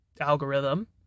algorithm